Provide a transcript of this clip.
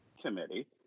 committee